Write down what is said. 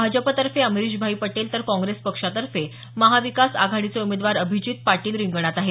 भाजपतर्फे अमरिशभाई पटेल तर काँग्रेस पक्षातर्फे महाविकास आघाडीचे उमेदवार अभिजीत पाटील रिंगणात आहेत